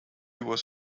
was